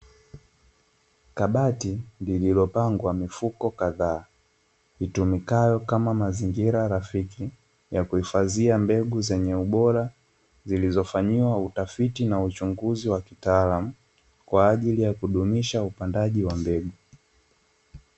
Kabati lililopangwa mifuko kadhaa itumikayo kama mazingira rafiki ya kuhifadhia mbegu, zenye ubora zilizofanyiwa utafiti na uchunguzi wa kitaalamu kwa ajili ya kudumisha upandaji wa mbegu.